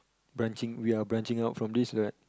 branching we are branching out from this what